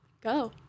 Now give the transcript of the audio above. go